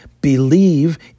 believe